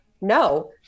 No